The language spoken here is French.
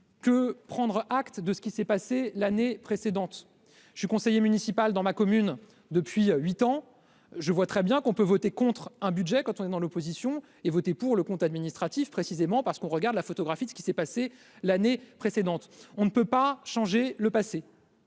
que prendre acte de ce qui s'est passé l'année précédente, je suis conseiller municipal dans ma commune depuis 8 ans, je vois très bien qu'on peut voter contre un budget quand on est dans l'opposition et voter pour le compte administratif, précisément parce qu'on regarde la photographie de ce qui s'est passé l'année précédente, on ne peut pas changer le passé.